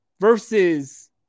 versus